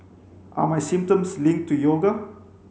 are my symptoms linked to yoga